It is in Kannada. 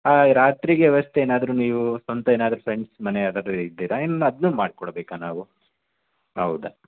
ರಾತ್ರಿಗೆ ವ್ಯವಸ್ಥೆ ಏನಾದರೂ ನೀವು ಸ್ವಂತ ಏನಾದರೂ ಫ್ರೆಂಡ್ಸ್ ಮನೆ ಯಾವುದಾದ್ರೂ ಇದ್ದೀರಾ ಇಲ್ಲ ಅದನ್ನೂ ಮಾಡಿಕೊಡ್ಬೇಕಾ ನಾವು ಹೌದಾ